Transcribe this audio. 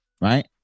Right